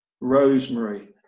Rosemary